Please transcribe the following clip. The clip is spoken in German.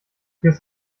fürs